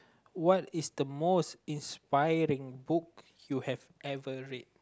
what is the most inspiring book you have ever read